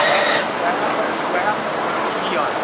उएह उएहपर उएहपर तऽ छी जिअल